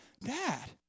Dad